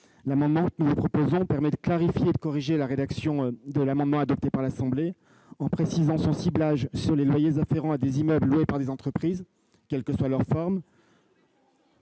amendement a pour objet de clarifier et de corriger la rédaction de l'amendement adopté par l'Assemblée nationale en précisant son ciblage sur les loyers afférents à des immeubles loués par des entreprises, quelle que soit leur forme.